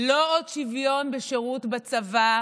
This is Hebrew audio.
לא עוד שוויון בשירות בצבא,